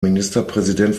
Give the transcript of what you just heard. ministerpräsident